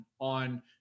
on